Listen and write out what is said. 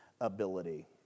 ability